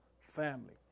family